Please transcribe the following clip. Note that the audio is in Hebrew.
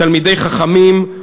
תלמידי חכמים,